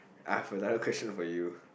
uh for another question for you